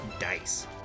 Dice